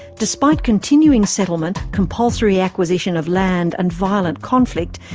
despite continuing settlement, compulsory acquisition of land and violent conflict,